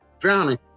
drowning